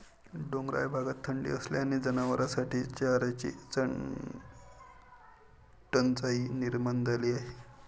डोंगराळ भागात थंडी असल्याने जनावरांसाठी चाऱ्याची टंचाई निर्माण झाली आहे